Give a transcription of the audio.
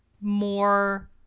more